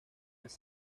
las